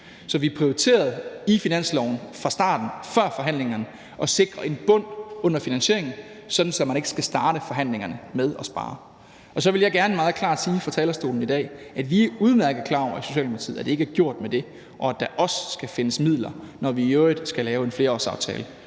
Så vi prioriterede i finansloven før forhandlingerne fra starten at sikre en bund under finansieringen, sådan at man ikke skal starte forhandlingerne med at spare. Og så vil jeg gerne i dag meget klart fra talerstolen sige, at vi i Socialdemokratiet er udmærket klar over, at det ikke er gjort med det, og at der også skal findes midler, når vi i øvrigt skal lave en flerårsaftale